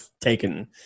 taken